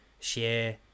share